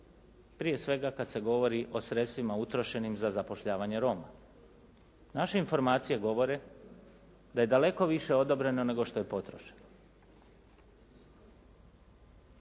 prije svega kad se govori o sredstvima utrošenim za zapošljavanje Roma. Naše informacije govore da je daleko više odobreno nego što je potrošeno.